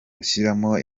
gushyiramo